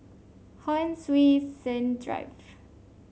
Hon Sui Sen Drive